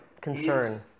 concern